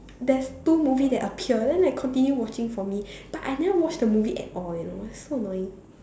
there's two movie that appear then I continue watching for me but I never watch the movie at all you know so annoying